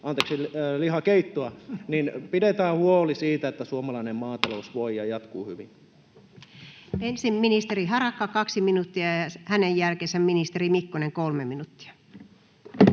niin että pidetään huoli siitä, että suomalainen maatalous voi ja jatkuu hyvin. Ensin ministeri Harakka, 2 minuuttia, ja hänen jälkeensä ministeri Mikkonen, 3 minuuttia.